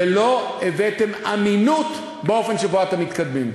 לא הבאתם אמינות באופן שבו אתם מתקדמים,